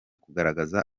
kugaragaza